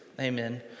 Amen